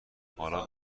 حالا